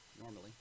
normally